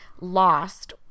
lost